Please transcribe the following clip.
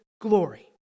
glory